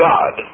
God